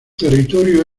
territorio